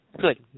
Good